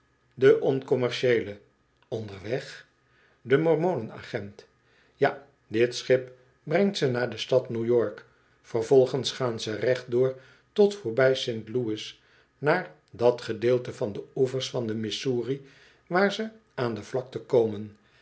de oncommercieele onderweg de mormonen agent ja dit schip brengt ze naar de stad new york vervolgens gaan ze recht door tot voorbij st louis naar dat gedeelte van de oevers van de missoiuï waar ze aan de vlakten komen